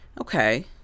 Okay